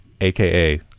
aka